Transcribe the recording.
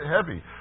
heavy